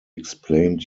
explained